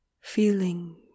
feeling